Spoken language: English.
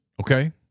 Okay